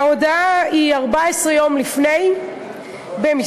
ההודעה היא 14 יום לפני במסרון,